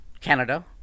Canada